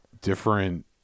different